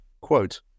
Quote